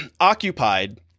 occupied